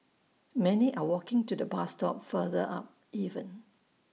many are walking to the bus stop further up even